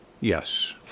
yes